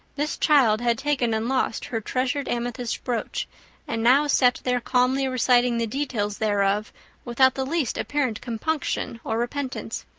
this child had taken and lost her treasured amethyst brooch and now sat there calmly reciting the details thereof without the least apparent compunction or repentance.